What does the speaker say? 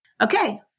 Okay